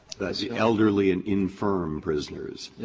the elderly and infirmed prisoners, yeah